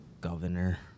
governor